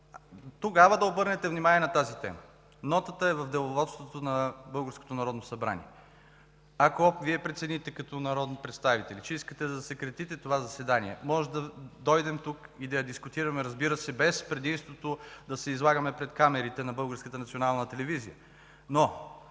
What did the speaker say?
тогава да обърнете внимание на тази тема. Нотата е в Деловодството на Българското народно събрание. Ако Вие прецените като народни представители, че искате да засекретите това заседание, можем да дойдем тук и да я дискутираме, без предимството да се излагаме пред камерите на